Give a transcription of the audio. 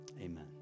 Amen